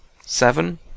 seven